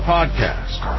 Podcast